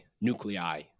nuclei